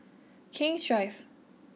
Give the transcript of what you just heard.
King's Drive